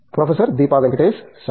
professor Deepa Venkatesh సరే